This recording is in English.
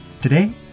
Today